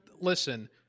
listen